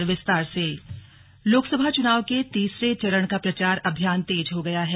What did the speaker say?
slug Lok Sabha चुनाव लोकसभा चुनाव के तीसरे चरण का प्रचार अभियान तेज हो गया है